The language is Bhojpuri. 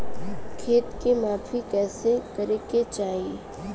खेत के माफ़ी कईसे करें के चाही?